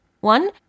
One